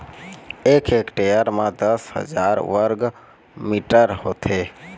एक हेक्टेयर म दस हजार वर्ग मीटर होथे